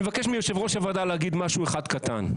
אני מבקש מיושב-ראש הוועדה להגיד משהו אחד קטן,